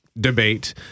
Debate